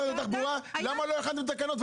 למה לא הכנתם תקנות?